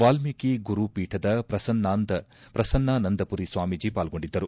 ವಾಲ್ಮೀಕಿ ಗುರು ಪೀಠದ ಪ್ರಸನ್ನಾನಂದಪುರಿ ಸ್ವಾಮೀಜಿ ಪಾಲ್ಗೊಂಡಿದ್ದರು